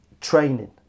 training